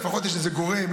לפחות יש איזה גורם,